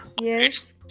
Yes